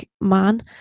man